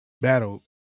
Battle